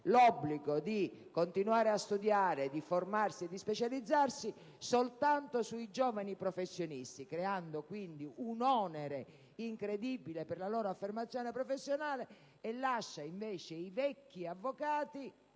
l'obbligo di continuare a studiare, di formarsi e di specializzarsi soltanto ai giovani professionisti, creando quindi un onere incredibile per la loro affermazione professionale, e lascia invece i vecchi avvocati